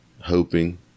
hoping